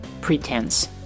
pretense